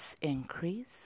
increase